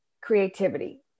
creativity